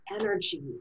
energy